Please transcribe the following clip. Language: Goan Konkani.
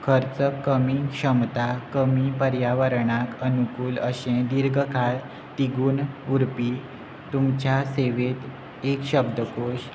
खर्च कमी क्षमता कमी पर्यावरणाक अनुकूल अशें दीर्घ काळ तिगून उरपी तुमच्या सेवेंत एक शब्दकोश